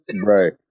Right